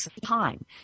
time